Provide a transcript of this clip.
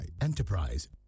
Enterprise